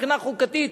מבחינה חוקתית,